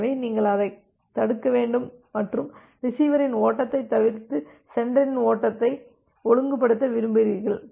எனவே நீங்கள் அதைத் தடுக்க வேண்டும் மற்றும் ரிசிவரின் ஓட்டத்தைத் தவிர்த்து சென்டரின் ஓட்டத்தை ஒழுங்குபடுத்த விரும்புகிறீர்கள்